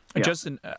Justin